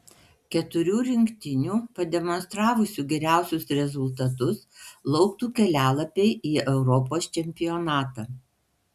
keturių rinktinių pademonstravusių geriausius rezultatus lauktų kelialapiai į europos čempionatą